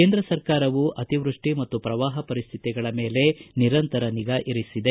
ಕೇಂದ್ರ ಸರ್ಕಾರವು ಅತಿವೃಷ್ಟಿ ಮತ್ತು ಪ್ರವಾಹ ಪರಿಸ್ಥಿತಿಗಳ ಮೇಲೆ ನಿರಂತರ ನಿಗಾ ಇರಿಸಿದೆ